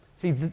See